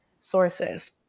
sources